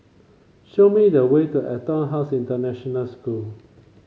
show me the way to EtonHouse International School